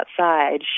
outside